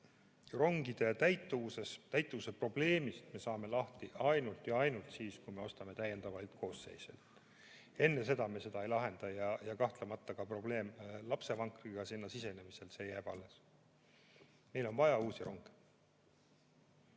rongide [liigse] täitumuse probleemist me saame lahti ainult ja ainult siis, kui me ostame täiendavaid koosseise. Enne seda me seda ei lahenda ja kahtlemata ka probleem lapsevankriga rongi sisenemisel jääb alles. Meil on vaja uusi ronge.